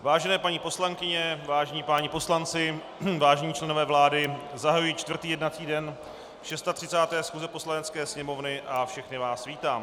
Vážené paní poslankyně, vážení páni poslanci, vážení členové vlády, zahajuji čtvrtý jednací den 36. schůze Poslanecké sněmovny a všechny vás vítám.